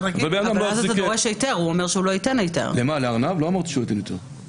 לא שתוכל להחזיק רק אם יש לך